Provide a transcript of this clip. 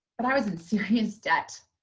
but i was in serious debt.